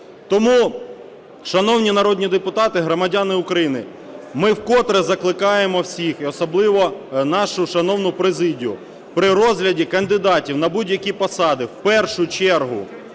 Тому, шановні народні депутати, громадяни України, ми вкотре закликаємо всіх і особливо нашу шановну президію при розгляді кандидатів на будь-які посади в першу чергу